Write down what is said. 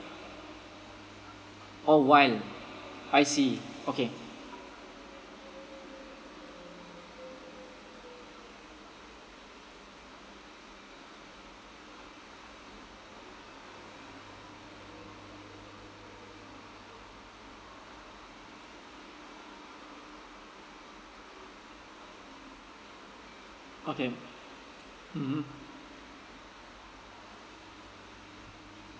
oh while I see okay okay mmhmm